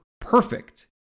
perfect